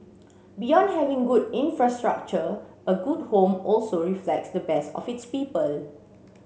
beyond having good infrastructure a good home also reflects the best of its people